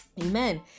Amen